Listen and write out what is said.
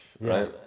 right